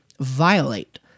violate